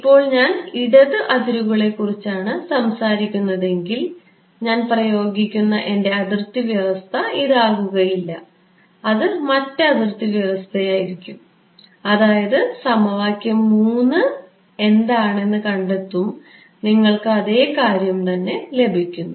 ഇപ്പോൾ ഞാൻ ഇടത് അതിരുകളെക്കുറിച്ചാണ് സംസാരിക്കുന്നതെങ്കിൽ ഞാൻ പ്രയോഗിക്കുന്ന എന്റെ അതിർത്തി വ്യവസ്ഥ ഇതാകുകയില്ല അത് മറ്റ് അതിർത്തി വ്യവസ്ഥയായിരിക്കും അതായത് സമവാക്യം 3 എന്ന അതിർത്തി വ്യവസ്ഥയായിരിക്കും